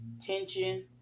tension